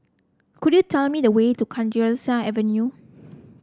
could you tell me the way to Kalidasa Avenue